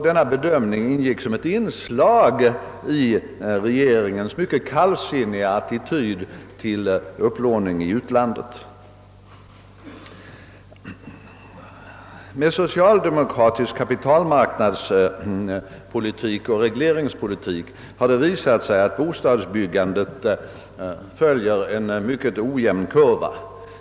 Denna bedömning ingick som ett inslag i regeringens mycket kallsinniga attityd: till upplåning i utlandet. Med socialdemokratisk kapitalmarknadspolitik och regleringspolitik har det visat sig att bostadsbyggandet följer en mycket ojämn kurva.